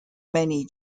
many